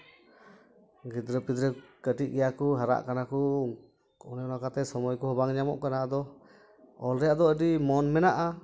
ᱜᱤᱫᱽᱨᱟᱹᱼᱯᱤᱫᱽᱨᱟᱹ ᱠᱟᱹᱴᱤᱡ ᱜᱮᱭᱟ ᱠᱚ ᱦᱟᱨᱟᱜ ᱠᱟᱱᱟ ᱠᱚ ᱚᱱᱮ ᱚᱱᱟᱛᱮ ᱥᱚᱢᱚᱭ ᱠᱚᱦᱚᱸ ᱵᱟᱝ ᱧᱟᱢᱚᱜ ᱠᱟᱱᱟ ᱟᱫᱚ ᱚᱞ ᱨᱮᱭᱟᱜ ᱫᱚ ᱟᱹᱰᱤ ᱢᱚᱱ ᱢᱮᱱᱟᱜᱼᱟ